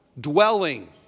dwelling